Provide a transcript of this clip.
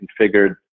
configured